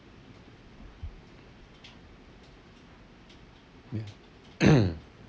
ya